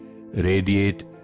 radiate